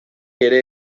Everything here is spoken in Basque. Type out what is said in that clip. ere